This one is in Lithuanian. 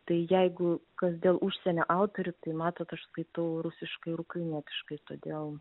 tai jeigu kas dėl užsienio autorių tai matot aš skaitau rusiškai ir ukrainietiškai todėl